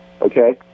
Okay